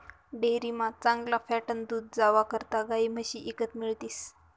डेअरीमा चांगला फॅटनं दूध जावा करता गायी म्हशी ईकत मिळतीस